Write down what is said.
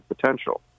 potential